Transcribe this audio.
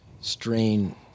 strain